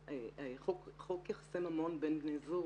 חוק יחסי ממון בין בני זוג